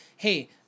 Hey